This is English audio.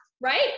right